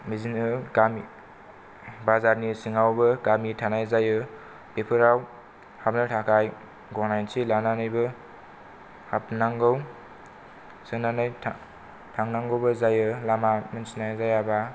बिदिनो गामि बाजारनि सिङावबो गामि थानाय जायो बेफोराव हाबनो थाखाय गनायथि लानानैबो हाबनांगौ सोंनानै थांनांगौबो जायो लामा मिनथिनाय जायाबा